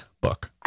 book